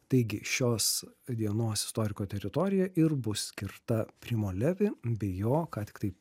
taigi šios dienos istoriko teritorija ir bus skirta primo levi bei jo ką tiktai